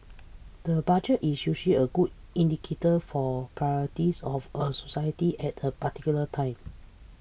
the Budget is usually a good indicator for priorities of a society at a particular time